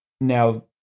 Now